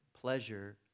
pleasure